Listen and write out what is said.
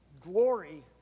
glory